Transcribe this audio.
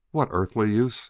what earthly use